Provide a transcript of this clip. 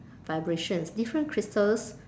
vibrations different crystals